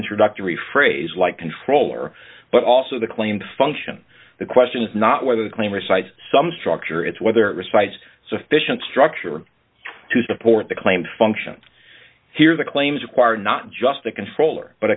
introductory phrase like controller but also the claimed function the question is not whether the claim or cite some structure it's whether the sites so efficient structure to support the claim function here the claims require not just the controller but